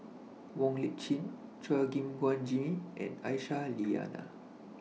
Wong Lip Chin Chua Gim Guan Jimmy and Aisyah Lyana